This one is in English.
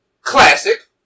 classic